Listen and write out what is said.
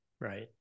Right